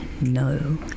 no